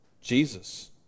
Jesus